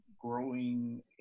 growing